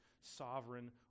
sovereign